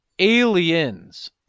aliens